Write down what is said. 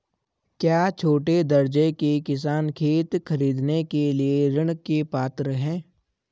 क्या छोटे दर्जे के किसान खेत खरीदने के लिए ऋृण के पात्र हैं?